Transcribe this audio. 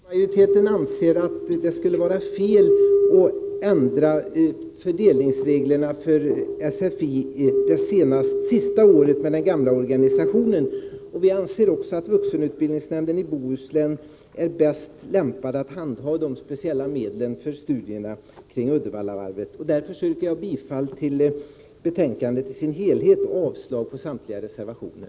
Herr talman! Utskottsmajoriteten anser att det skulle vara fel att ändra fördelningsreglerna för SFI under det sista året med den gamla organisationen. Vi anser också att vuxenutbildningsnämnden i Bohuslän är mest lämpad att handha de speciella medlen för studierna kring Uddevallavarvet. Därför yrkar jag bifall till utskottets hemställan i dess helhet och avslag på samtliga reservationer.